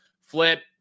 flip